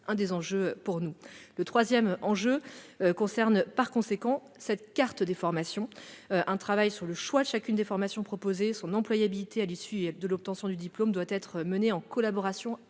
que j'ai déjà cités. Un troisième enjeu touche précisément à la carte des formations. Un travail sur le choix de chacune des formations proposées et sur l'employabilité à l'issue de l'obtention du diplôme doit être mené, en collaboration